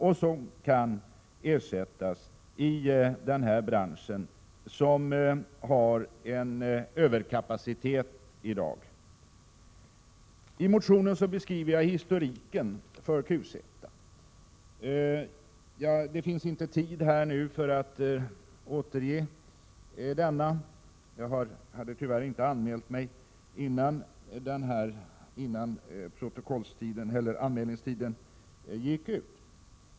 Verksamheten i fråga är onödig i en bransch som i dag har en överkapacitet. I motionen beskriver jag QZ:s historik. Det finns inte tid här för att återge denna.